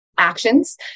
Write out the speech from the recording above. actions